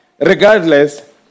regardless